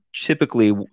typically